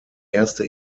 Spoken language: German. erste